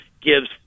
gives